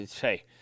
hey –